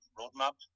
roadmap